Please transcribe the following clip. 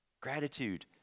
Gratitude